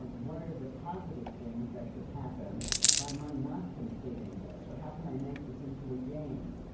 what are the positive things that could happen by my not completing this? or, how can i make this into a game?